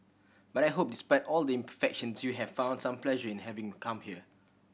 but I hope despite all the imperfections you have found some pleasure in having come here